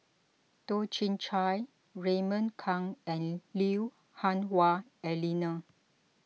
Toh Chin Chye Raymond Kang and Lui Hah Wah Elena